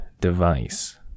device